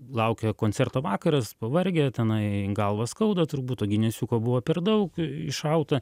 laukia koncerto vakaras pavargę tenai galvą skauda turbūt to ginesiuko buvo per daug iššauta